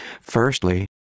Firstly